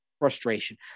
frustration